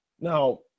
Now